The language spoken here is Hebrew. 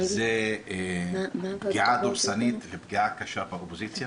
זו פגיעה דורסנית, פגיעה קשה באופוזיציה.